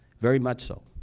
very much so.